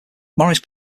morris